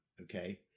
okay